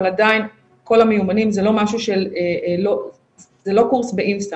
אבל עדיין כל המיומנים זה לא קורס באינסטנט.